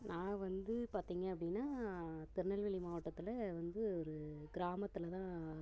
நான் வந்து பார்த்தீங்க அப்படின்னா திருநெல்வேலி மாவட்டத்தில் வந்து ஒரு கிராமத்தில்தான்